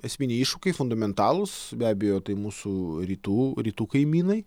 esminiai iššūkiai fundamentalūs be abejo tai mūsų rytų rytų kaimynai